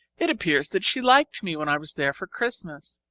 it appears that she liked me when i was there for christmas.